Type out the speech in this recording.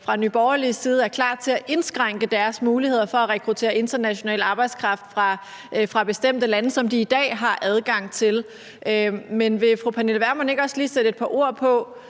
fra Nye Borgerliges side er klar til at indskrænke deres muligheder for at rekruttere international arbejdskraft fra bestemte lande, som de i dag har adgang til. Men vil fru Pernille Vermund ikke også lige sætte et par ord på,